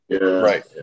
right